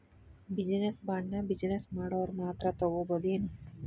Business ಬಾಂಡ್ನ business ಮಾಡೊವ್ರ ಮಾತ್ರಾ ತಗೊಬೊದೇನು?